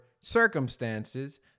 circumstances